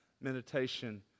meditation